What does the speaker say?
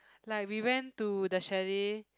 like we went to the chalet